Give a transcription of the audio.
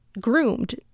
groomed